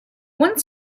one